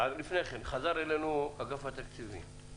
חזר אלינו נציג אגף התקציבים באוצר.